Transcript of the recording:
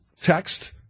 text